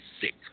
sick